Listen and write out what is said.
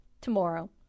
tomorrow